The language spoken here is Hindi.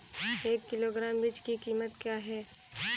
एक किलोग्राम मिर्च की कीमत क्या है?